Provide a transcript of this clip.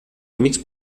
amics